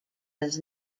does